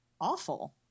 awful